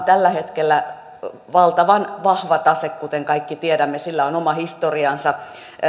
tällä hetkellä valtavan vahva tase kuten kaikki tiedämme sillä on oma historiansa